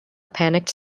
panicked